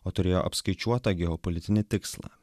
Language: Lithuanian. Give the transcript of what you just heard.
o turėjo apskaičiuotą geopolitinį tikslą